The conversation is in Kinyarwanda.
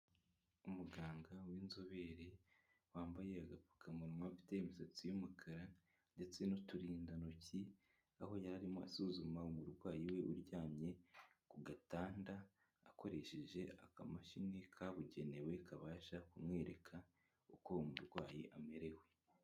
Umuganga w'inzobere wambaye agapfukamunwa ufite imisatsi y'umukara ndetse n'uturindantoki, aho yarimo asuzuma umurwayi we uryamye ku gatanda akoresheje akamashini kabugenewe kabasha kumwereka uko umurwayi amerewe.